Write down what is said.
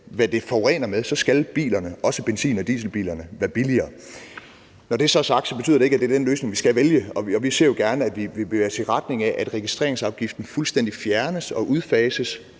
meget det forurener, så skal bilerne, også benzin- og dieselbilerne, være billigere. Når det så er sagt, betyder det ikke, at det er den løsning, vi skal vælge, og Liberal Alliance ser gerne, at vi bevæger os i retning af, at registreringsafgiften fuldstændig fjernes og udfases,